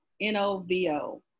N-O-V-O